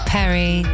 Perry